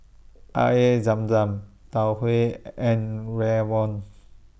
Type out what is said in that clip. Air Zam Zam Tau Huay and Rawon